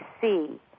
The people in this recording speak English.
see